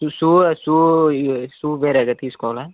shoe shoe shoe వేరేగా తీసుకోవాలా